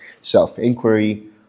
self-inquiry